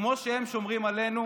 כמו שהם שומרים עלינו,